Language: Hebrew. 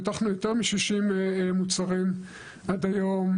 פיתחנו יותר מ-60 מוצרים עד היום,